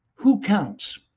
who counts?